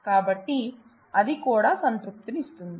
కాబట్టి అది కూడా సంతృప్తినిస్తుంది